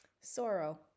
Sorrow